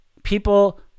people